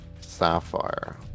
sapphire